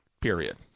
Period